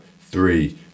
three